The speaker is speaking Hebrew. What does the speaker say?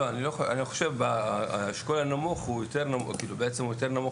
לא, אני חושב שהאשכול הנמוך הוא בעצם יותר נמוך